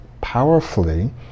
powerfully